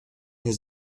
his